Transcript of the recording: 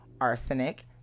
arsenic